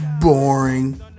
Boring